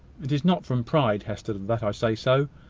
it is not from pride, hester, that i say so